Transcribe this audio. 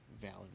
valid